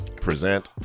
present